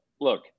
look